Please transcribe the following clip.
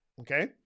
okay